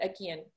again